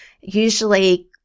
Usually